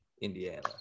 Indiana